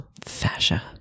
Fascia